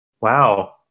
wow